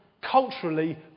Culturally